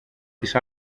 τις